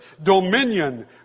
Dominion